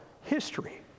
history